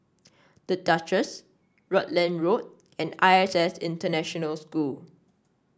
The Duchess Rutland Road and I S S International School